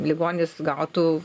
ligonis gautų